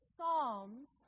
Psalms